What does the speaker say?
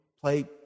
play